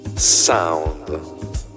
sound